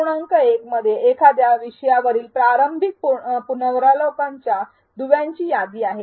१ मध्ये एखाद्या विषयावरील प्रारंभिक पुनरावलोकनांच्या दुव्यांची यादी आहे